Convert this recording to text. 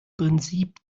prinzip